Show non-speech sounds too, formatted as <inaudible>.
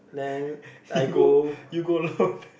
<laughs> you go you go alone